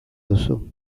duzu